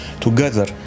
together